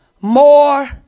more